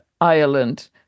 Ireland